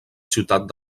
ciutat